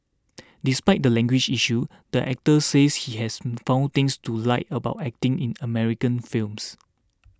despite the language issue the actor says he has found things to like about acting in American films